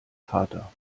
vater